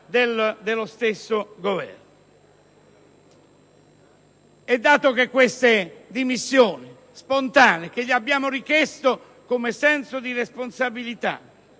dello stesso Esecutivo. Dato che queste dimissioni spontanee che gli abbiamo richiesto in base al senso di responsabilità